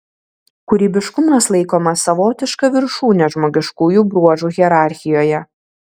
kūrybiškumas laikomas savotiška viršūne žmogiškųjų bruožų hierarchijoje